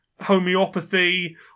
homeopathy